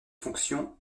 fonction